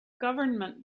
government